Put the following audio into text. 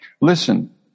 Listen